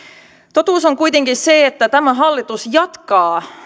totuus on kuitenkin se että tämä hallitus jatkaa